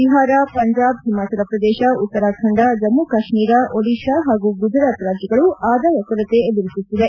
ಬಿಹಾರ ಪಂಜಾಬ್ ಹಿಮಾಚಲಪ್ರದೇತ ಉತ್ತರಾಖಂಡ ಜಮ್ನು ಕಾಶ್ನೀರ ಒಡಿಶಾ ಹಾಗೂ ಗುಜರಾತ್ ರಾಜ್ಞಗಳು ಆದಾಯ ಕೊರತೆ ಎದುರಿಸುತ್ತಿದೆ